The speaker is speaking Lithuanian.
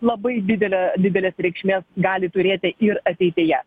labai didelė didelės reikšmės gali turėti ir ateityje